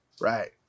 Right